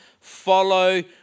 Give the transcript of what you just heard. follow